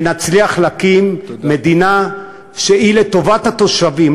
ונצליח להקים מדינה שהיא לטובת התושבים,